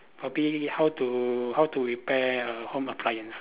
probably how to how to repair uh home appliance